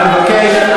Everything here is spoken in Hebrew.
מבקש.